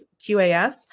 QAS